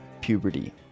puberty